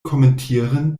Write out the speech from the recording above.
kommentieren